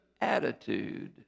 attitude